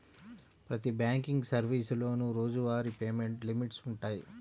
ప్రతి బ్యాంకింగ్ సర్వీసులోనూ రోజువారీ పేమెంట్ లిమిట్స్ వుంటయ్యి